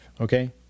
Okay